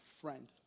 friend